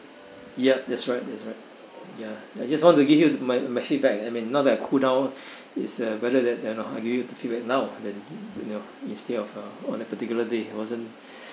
ya that's right that's right ya I just want to give you my my feedback I mean now that I cool down is uh better that uh I give you the feedback now than you know instead of uh on that particular day I wasn't